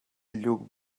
lluc